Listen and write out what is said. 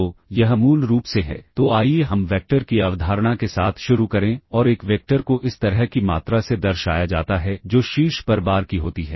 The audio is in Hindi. तो यह मूल रूप से है तो आइए हम वैक्टर की अवधारणा के साथ शुरू करें और एक वेक्टर को इस तरह की मात्रा से दर्शाया जाता है जो शीर्ष पर बार की होती है